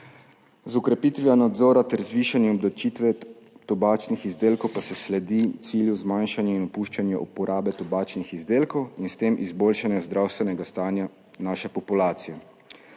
Z okrepitvijo nadzora ter z višanjem obdavčitve tobačnih izdelkov pa se sledi cilju zmanjšanja in opuščanja uporabe tobačnih izdelkov in s tem izboljšanja zdravstvenega stanja naše populacije.